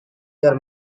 your